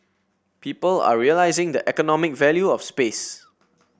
people are realising the economic value of space